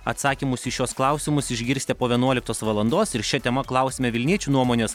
atsakymus į šiuos klausimus išgirsite po vienuoliktos valandos ir šia tema klausime vilniečių nuomonės